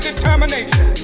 determination